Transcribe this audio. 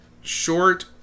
short